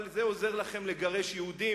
אבל זה עוזר לכם לגרש יהודים,